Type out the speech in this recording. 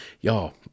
Y'all